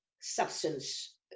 substance